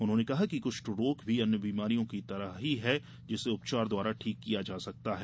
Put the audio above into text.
उन्होंने कहा कि कृष्ठ रोग भी अन्य बीमारियों की तरह ही है जिसे उपचार द्वारा ठीक किया जा सकता है